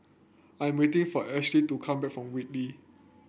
I'm waiting for Ashby to come back from Whitley